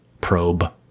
probe